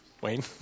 Wayne